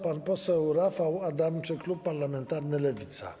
Pan poseł Rafał Adamczyk, klub parlamentarny Lewica.